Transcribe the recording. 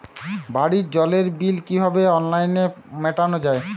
বাড়ির জলের বিল কিভাবে অনলাইনে মেটানো যায়?